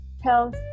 health